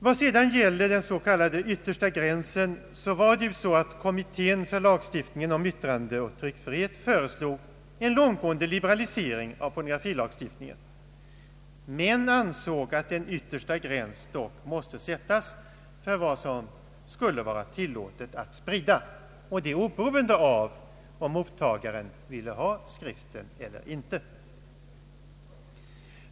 Vad sedan gäller den s.k. yttersta gränsen föreslog kommittén för lagstiftningen om yttrandeoch tryckfrihet en långtgående liberalisering av pornografilagstiftningen. Kommittén ansåg emellertid att en yttersta gräns måste sättas för vad som skulle vara tillåtet att sprida, oberoende av om mottagaren ville ha skriften eller inte.